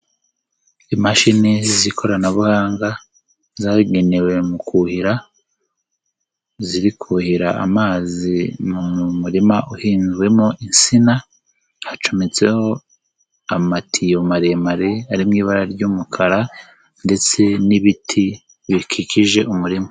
Imashini z'ikoranabuhanga zagenewe mu kuhira ziri kuhira amazi mu murima uhinzwemo insina hacometseho amatiyo maremare ari mu ibara ry'umukara ndetse n'ibiti bikikije umurima.